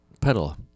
pedal